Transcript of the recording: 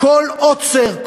כל עוצר,